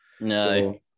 No